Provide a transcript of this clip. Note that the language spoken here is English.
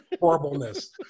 horribleness